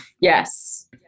Yes